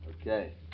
Okay